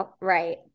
Right